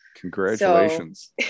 Congratulations